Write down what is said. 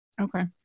Okay